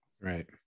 Right